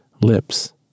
lips